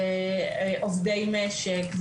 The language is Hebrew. עובדי משק,